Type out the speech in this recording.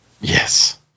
yes